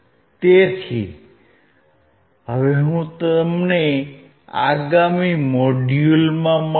તેથી હવે હું તમને આગામી મોડ્યુલમાં મળીશ